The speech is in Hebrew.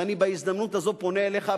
ואני בהזדמנות הזו פונה אליך,